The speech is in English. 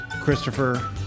Christopher